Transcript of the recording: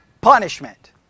punishment